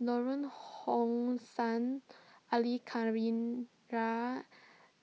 Lorong How Sun Al Khairiah